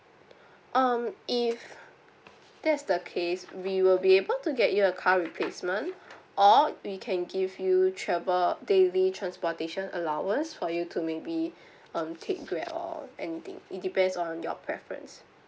um if that's the case we will be able to get you a car replacement or we can give you travel daily transportation allowance for you to maybe um take grab or anything it depends on your preference